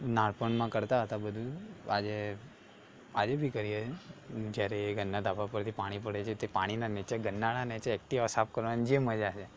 નાનપણમાં કરતા હતા બધું આજે આજે બી કરીએ છીએ ક્યારેક ઘરનાં ધાબા પરથી પાણી પડે છે તે પાણીનાં નીચે ગરનાળા નીચે એક્ટિવા સાફ કરવાની જે મજા છે